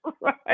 Right